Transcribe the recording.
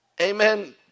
Amen